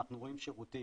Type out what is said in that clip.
אנחנו רואים שירותים.